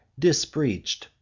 disbreached